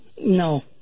No